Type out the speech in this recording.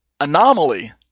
anomaly